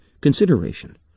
consideration